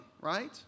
right